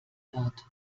wird